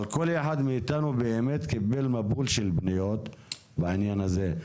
אבל כל אחד מאיתנו קיבל מבול של פניות בעניין הזה,